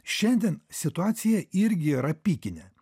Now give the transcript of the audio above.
šiandien situacija irgi yra pikinė